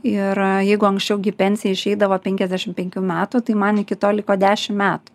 ir jeigu anksčiau gi į pensiją išeidavo penkiasdešim penkių metų tai man iki to liko dešim metų